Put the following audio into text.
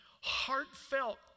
Heartfelt